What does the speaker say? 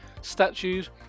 statues